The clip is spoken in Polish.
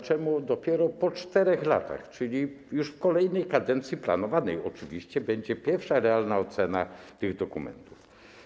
Czemu dopiero po 4 latach, czyli już w kolejnej kadencji, planowanej oczywiście, będzie pierwsza realna ocena tych dokumentów?